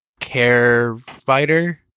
Carefighter